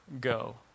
go